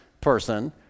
person